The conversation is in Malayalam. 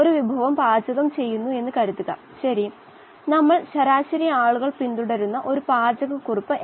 ഈ പ്രഭാഷണത്തിൽ ഈ 2 വശങ്ങളെ കുറിച്ച് നമ്മൾ പരിശോധിക്കും നമുക്ക് മുന്നോട്ട് പോകാം